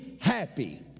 happy